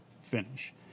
finish